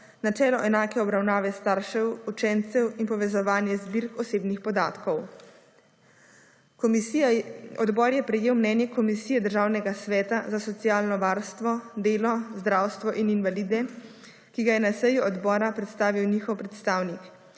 načelo enake obravnave staršev, učencev in povezovanje zbirk osebnih podatkov. Odbor je prejel mnenje Komisije Državnega sveta za socialno varstvo, delo, zdravstvo in invalide, ki ga je na seji odbora predstavil njihov predstavnik